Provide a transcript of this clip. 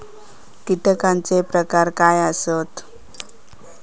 कीटकांचे प्रकार काय आसत?